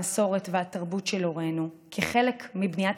המסורת והתרבות של הורינו כחלק מבניית